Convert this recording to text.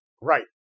Right